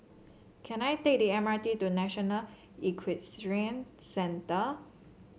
can I take the M R T to National Equestrian Centre